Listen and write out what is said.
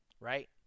right